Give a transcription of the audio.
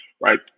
right